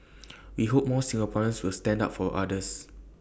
he hopes more Singaporeans will stand up for others